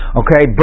okay